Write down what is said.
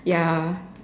ya